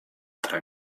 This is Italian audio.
tra